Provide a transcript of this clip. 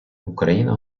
україна